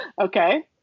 okay